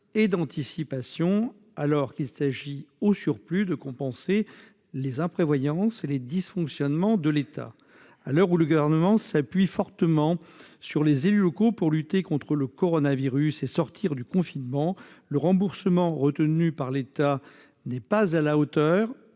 et d'anticipation ! D'autant plus qu'il s'est agi de pallier les imprévoyances et dysfonctionnements de l'État ... À l'heure où le Gouvernement s'appuie fortement sur les élus locaux pour lutter contre le coronavirus et sortir du confinement, le remboursement prévu par l'État n'est pas à la hauteur,